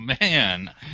man